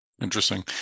Interesting